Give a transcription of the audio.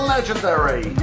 Legendary